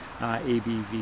abv